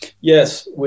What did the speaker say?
Yes